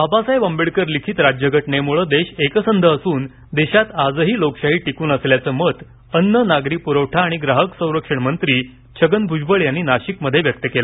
बाबासाहेब आंबेडकर लिखित राज्यघटनेमुळे देश एकसंघ असून देशात आजही लोकशाही टिकून असल्याचे मत अन्न नागरी पूरवठा व ग्राहक संरक्षण मंत्री छगन भूजबळ यांनी नाशिकमध्ये व्यक्त केले